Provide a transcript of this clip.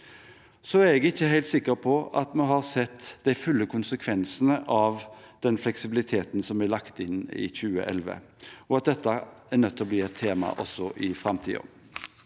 Jeg er ikke helt sikker på at vi har sett de fulle konsekvensene av den fleksibiliteten som ble lagt inn i 2011, og dette er nødt til å bli et tema også i framtiden.